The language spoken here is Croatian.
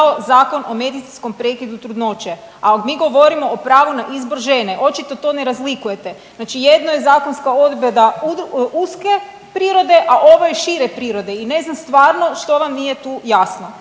Zakon o medicinskom prekidu trudnoće, a mi govorimo o pravu na izbor žene. Očito to ne razlikujete. Znači jedno je zakonska odredba uske prirode, a ovo je šire prirode i ne znam stvarno što vam nije tu jasno.